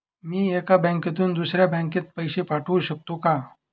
मी एका बँकेतून दुसऱ्या बँकेत पैसे पाठवू शकतो का?